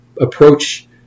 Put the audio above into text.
approach